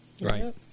Right